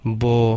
bo